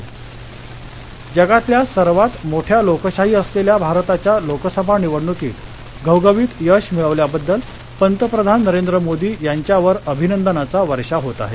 अभिनंदन जगातल्या सर्वात मोठ्या लोकशाही असलेल्या भारताच्या लोकसभा निवडणुकीत घवघवीत यश मिळवल्याबद्दल पंतप्रधान नरेंद्र मोदी यांच्यावर अभिनंदनाचा वर्षाव होत आहे